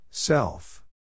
Self